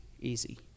easy